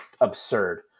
absurd